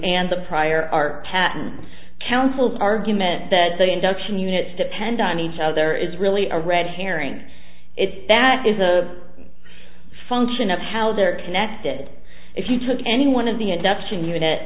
and the prior art patent council's argument that the induction units depend on each other is really a red herring if that is a function of how they're connected if you took any one of the induction unit